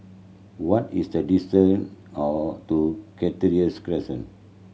what is the distant to Cactus Crescent